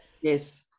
yes